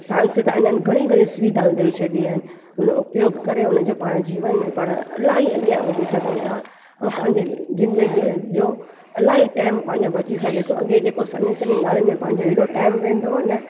सांसदाननि घणी घणी सुविधाऊं ॾेई छॾियूं आहिनि उन जो उपयोग करे पाण जीवन में अलाई अॻियां वधी सघूं था ऐं पंहिंजे ज़िंदगीअ जो अलाई टाईम पंहिंजो बची सघे थो अॻे जेको सन्नी सन्नी ॻाल्हियुनि में पंहिंजो टाईम वेंदो हो न